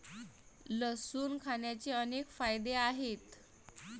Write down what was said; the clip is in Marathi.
लसूण खाण्याचे अनेक फायदे आहेत